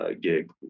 gig